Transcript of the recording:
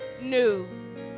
new